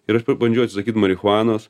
ir aš pabandžiau atsisakyt marihuanos